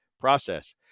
process